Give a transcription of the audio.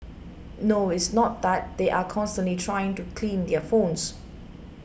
no it's not that they are constantly trying to clean their phones